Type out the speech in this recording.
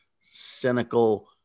cynical